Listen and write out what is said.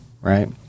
right